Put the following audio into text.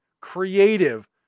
creative